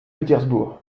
pétersbourg